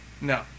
no